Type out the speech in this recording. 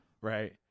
Right